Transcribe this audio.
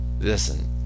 Listen